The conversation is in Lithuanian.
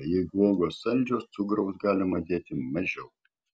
jeigu uogos saldžios cukraus galima dėti mažiau